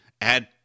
add